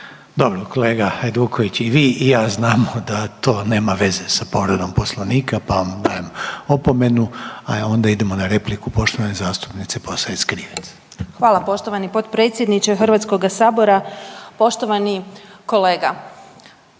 Dobro, kolega Hajduković, i vi i ja znamo da to nema veze sa povredom Poslovnika pa vam dajem opomenu a onda idemo na repliku poštovane zastupnice Posavec Krivec. **Posavec Krivec, Ivana (SDP)** Hvala, potpredsjedniče Hrvatskoga sabora. Poštovani kolega,